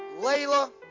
Layla